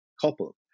couple